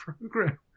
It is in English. program